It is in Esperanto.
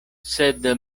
sed